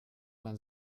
man